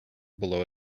below